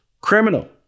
criminal